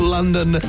London